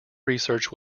research